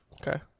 Okay